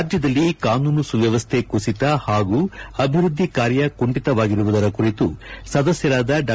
ರಾಜ್ಯದಲ್ಲಿ ಕಾನೂನು ಸುವ್ಯವಸ್ಥೆ ಕುಸಿತ ಹಾಗೂ ಅಭಿವ್ಯದ್ಲಿ ಕಾರ್ಯ ಕುಂಠಿತವಾಗಿರುವುದರ ಕುರಿತು ಸದಸ್ಟರಾದ ಡಾ